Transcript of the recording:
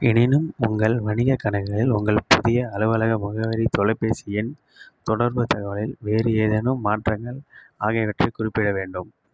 எனினும் உங்கள் வணிகக் கணக்குகள் உங்கள் புதிய அலுவலக முகவரி தொலைபேசி எண் தொடர்புத் தகவலில் வேறு ஏதேனும் மாற்றங்கள் ஆகியவற்றைக் குறிப்பிட வேண்டும்